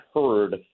heard